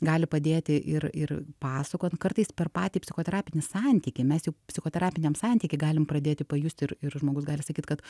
gali padėti ir ir pasakojant kartais per patį psichoterapinį santykį mes jau psichoterapiniam santyky galim pradėti pajusti ir ir žmogus gali sakyt kad